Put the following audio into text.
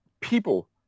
people